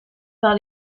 par